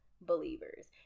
believers